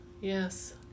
Yes